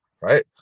right